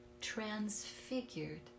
transfigured